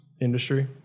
industry